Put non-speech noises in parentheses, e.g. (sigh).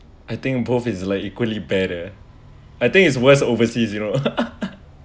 I think both is like equally bad uh I think it's worst overseas you know (laughs)